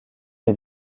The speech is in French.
est